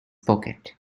pocket